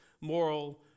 moral